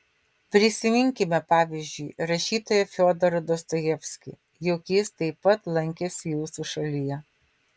prisiminkime pavyzdžiui rašytoją fiodorą dostojevskį juk jis taip pat lankėsi jūsų šalyje